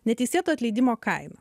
neteisėto atleidimo kaina